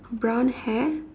brown hair